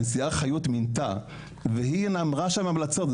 הנשיאה חיות מינה והיא אמרה שם המלצות,